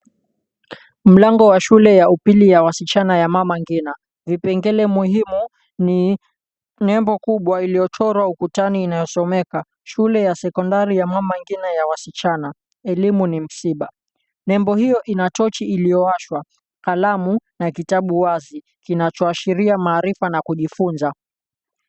Mlango wa shule ya upili ya wasichana Mama Ngina. Vipengele muhimu ni nembo kubwa iliyochorwa ukutani inayosomeka, Shule ya Sekondari Ya Mama Ngina Ya Wasichana Elimu ni Msiba. Nembo hio ina tochi iliyowashwa, kalamu na kitabu wazi kinacho ashiria maarifana kujifunza.